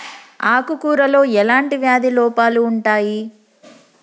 ఆకు కూరలో ఎలాంటి వ్యాధి లోపాలు ఉంటాయి?